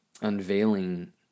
unveiling